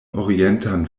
orientan